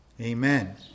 amen